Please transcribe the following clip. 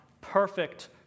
perfect